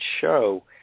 show